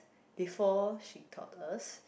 before she taught us